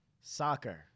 soccer